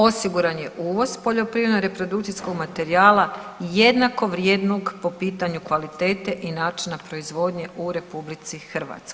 Osiguran je uvoz poljoprivredno reprodukcijskog materijala jednakovrijednog po pitanju kvalitete i načina proizvodnje u RH.